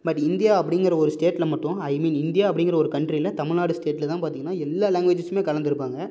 but India அப்படிங்குற ஒரு ஸ்டேட்ல மட்டும் ஐ மீன் இந்தியா அப்படிங்குற ஒரு கன்ட்ரீல தமிழ்நாடு ஸ்டேட்ல தான் பார்த்திங்கன்னா எல்லாம் லாங்க்வேஜஸுமே கலந்து இருப்பாங்க